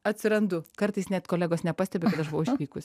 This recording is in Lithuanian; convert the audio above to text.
atsirandu kartais net kolegos nepastebi kad aš buvau išvykus